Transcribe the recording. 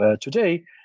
today